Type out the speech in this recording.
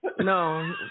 No